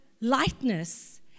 lightness